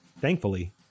thankfully